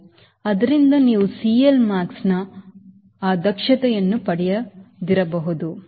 ಆದ್ದರಿಂದ ನೀವು CLmaxನ ಆ ದಕ್ಷತೆಯನ್ನು ಪಡೆಯದಿರಬಹುದು